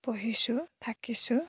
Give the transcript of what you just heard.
পঢ়িছোঁ থাকিছোঁ